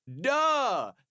Duh